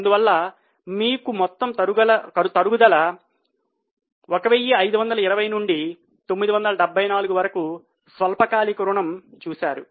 అందువల్ల మీకు మొత్తము తరుగుదల 1520 నుండి 974 వరకు స్వల్పకాలిక రుణం చూశారు